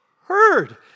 heard